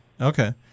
Okay